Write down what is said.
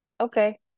Okay